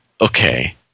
okay